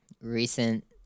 Recent